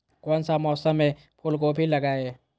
कौन सा मौसम में फूलगोभी लगाए?